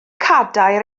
cadair